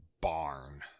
barn